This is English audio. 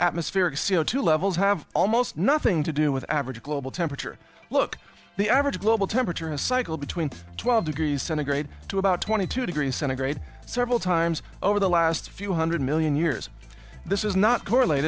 atmospheric c o two levels have almost nothing to do with average global temperature look the average global temperature has cycle between twelve degrees centigrade to about twenty two degrees centigrade several times over the last few hundred million years this is not correlate